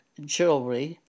jewelry